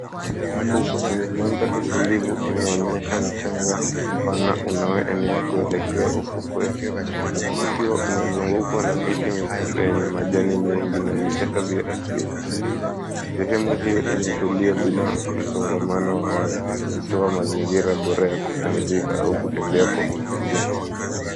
Fukwe yenye maandhari tulivu inaonyesha mchanga mpana unaoenea kuelekea ufukweni. Ukiwa umezungukwa na miti mikubwa yenye majani mengi na vichaka vya asili. Sehemu hiyo imetulia bila msongamano wa watu. Ukitoa mazingira bora ya kupumzika au kutembea kwa utulivu.